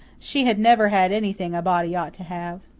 she had never had anything a body ought to have.